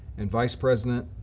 and vice president,